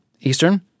Eastern